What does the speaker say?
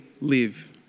live